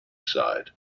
side